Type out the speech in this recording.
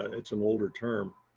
it's an older term.